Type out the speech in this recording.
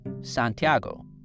Santiago